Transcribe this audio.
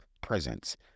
presence